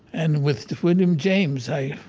and with william james, i